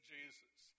Jesus